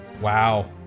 Wow